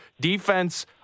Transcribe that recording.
defense